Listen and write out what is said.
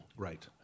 Right